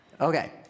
Okay